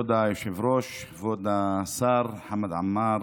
כבוד היושב-ראש, כבוד השר מוחמד עמאר,